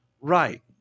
Right